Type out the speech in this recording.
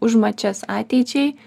užmačias ateičiai